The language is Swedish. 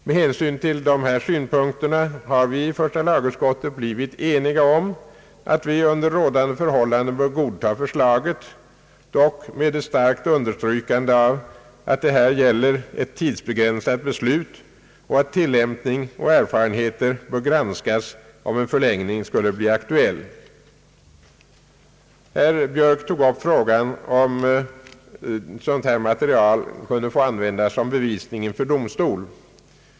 Med hänsyn till dessa synpunkter har vi i första lagutskottet blivit eniga om att vi under rådande förhållanden bör godta förslaget, dock med ett starkt understrykande av att det här gäller ett tidsbegränsat beslut och att tillämpning och erfarenheter bör granskas om förlängning skulle bli aktuell. Herr Björk tog upp frågan om huruvida dylikt material kunde få användas som bevisning inför domstol.